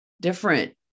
different